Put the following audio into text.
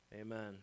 amen